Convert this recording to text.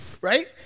right